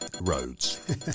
roads